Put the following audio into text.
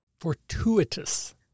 fortuitous